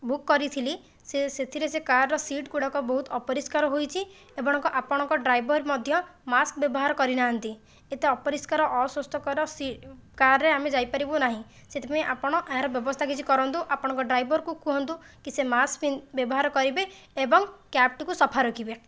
book କରିଥିଲି ସେ ସେଥିରେ ସେ କାର୍ର ସିଟ୍ ଗୁଡ଼ାକ ବହୁତ ଅପରିଷ୍କାର ହୋଇଛି ଏବଂ ଆପଣଙ୍କ ଡ୍ରାଇଭର ମଧ୍ୟ ମାସ୍କ ବ୍ୟବହାର କରିନାହାନ୍ତି ଏତେ ଅପରିଷ୍କାର ଅସୁସ୍ଥକର ସିଟ୍ କାର୍ରେ ଆମେ ଯାଇ ପାରିବୁ ନାହିଁ ସେଥିପାଇଁ ଆପଣ ଏହାର ବ୍ୟବସ୍ଥା କିଛି କରନ୍ତୁ ଆପଣଙ୍କ ଡ୍ରାଇଭରକୁ କୁହନ୍ତୁ କି ସେ ମାସ୍କ ପିନ୍ ବ୍ୟବହାର କରିବେ ଏବଂ କ୍ୟାବ୍ଟିକୁ ସଫା ରଖିବେ